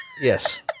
Yes